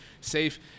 safe